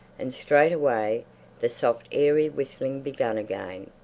and straightway the soft airy whistling began again.